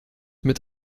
mit